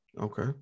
okay